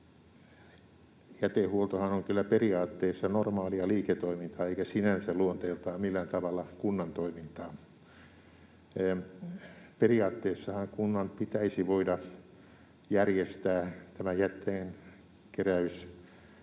Jätehuoltohan on kyllä periaatteessa normaalia liiketoimintaa eikä sinänsä luonteeltaan millään tavalla kunnan toimintaa. Periaatteessahan kunnan pitäisi voida järjestää tämä jätteen keräys